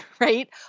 right